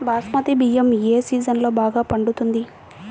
బాస్మతి బియ్యం ఏ సీజన్లో బాగా పండుతుంది?